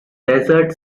desert